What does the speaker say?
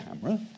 camera